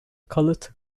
called